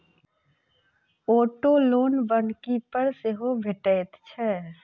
auto loan बन्हकी पर सेहो भेटैत छै